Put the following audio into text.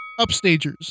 upstagers